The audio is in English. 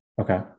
Okay